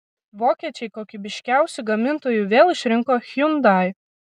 vokiečiai kokybiškiausiu gamintoju vėl išrinko hyundai